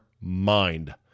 mind